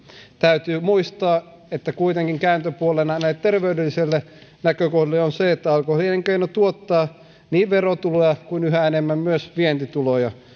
täytyy muistaa että kuitenkin kääntöpuolena näille terveydellisille näkökulmille on se että alkoholielinkeino tuottaa niin verotuloja kuin yhä enemmän myös vientituloja